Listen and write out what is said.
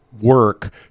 work